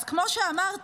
אז כמו שאמרתי,